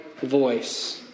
voice